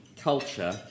culture